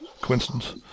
coincidence